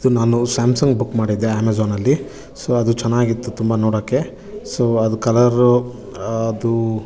ಇದು ನಾನು Samsung book ಮಾಡಿದ್ದೆ ಅಮೆಝಾನಲ್ಲಿ ಸೊ ಅದು ಚೆನ್ನಾಗಿತ್ತು ತುಂಬ ನೋಡೋಕೆ ಸೊ ಅದು ಕಲರ್ರು ಅದು